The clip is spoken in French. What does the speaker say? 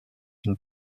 une